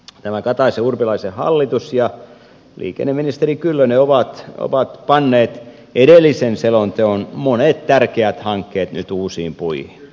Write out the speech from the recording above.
tämä kataisenurpilaisen hallitus ja liikenneministeri kyllönen ovat panneet edellisen selonteon monet tärkeät hankkeet nyt uusiin puihin